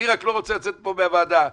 אני רק לא רוצה לצאת מהוועדה פה,